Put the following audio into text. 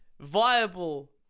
viable